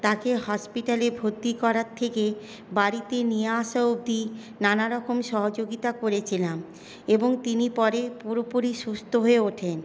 তাকে হসপিটালে ভর্তি করার থেকে বাড়িতে নিয়ে আসা অবধি নানানরকম সহযোগিতা করেছিলাম এবং তিনি পরে পুরোপুরি সুস্থ হয়ে ওঠেন